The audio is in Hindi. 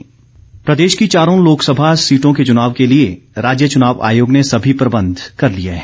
चुनाव आयोग प्रदेश की चारों लोकसभा सीटों के चुनाव के लिए राज्य चुनाव आयोग ने सभी प्रबंध कर लिए हैं